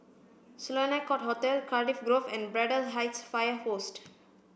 Sloane Court Hotel Cardiff Grove and Braddell Heights Fire Post